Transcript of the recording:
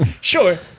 Sure